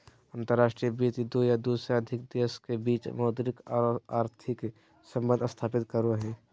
अंतर्राष्ट्रीय वित्त दू या दू से अधिक देश के बीच मौद्रिक आर आर्थिक सम्बंध स्थापित करो हय